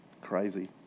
Crazy